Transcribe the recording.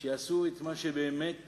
שיעשו את מה שבאמת